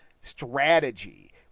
strategy